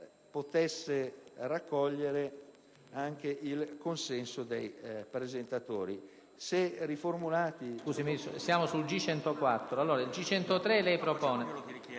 possa raccogliere anche il consenso dei presentatori.